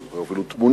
אני זוכר אפילו תמונות,